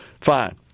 fine